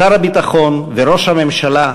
שר הביטחון וראש הממשלה,